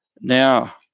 Now